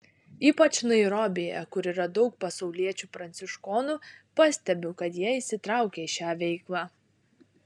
ypač nairobyje kur yra daug pasauliečių pranciškonų pastebiu kad jie įsitraukę į šią veiklą